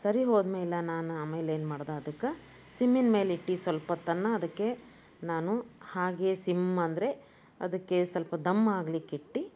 ಸರಿ ಹೋದ್ಮೇಲೆ ನಾನು ಆಮೇಲೆ ಏನು ಮಾಡ್ದೆ ಅದಕ್ಕೆ ಸಿಮ್ಮಿನ ಮೇಲೆ ಇಟ್ಟು ಸ್ವಲ್ಪೊತ್ತನ ಅದಕ್ಕೆ ನಾನು ಹಾಗೆ ಸಿಮ್ ಅಂದರೆ ಅದಕ್ಕೆ ಸ್ವಲ್ಪ ಧಮ್ ಆಗ್ಲಿಕ್ಕಿಟ್ಟು